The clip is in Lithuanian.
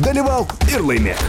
dalyvauk ir laimėk